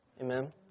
Amen